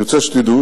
אני רוצה שתדעו